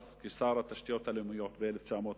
אז כשר התשתיות הלאומיות ב-1996,